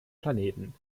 planeten